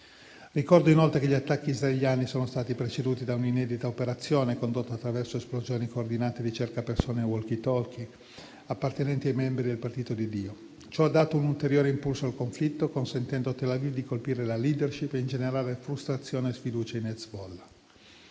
Ricordo inoltre che gli attacchi israeliani sono stati preceduti da un'inedita operazione condotta attraverso esplosioni coordinate di cercapersone e *walkie talkie*, appartenenti ai membri del Partito di Dio. Ciò ha dato un ulteriore impulso al conflitto, consentendo a Tel Aviv di colpire la *leadership* e ingenerare frustrazione e sfiducia in Hezbollah.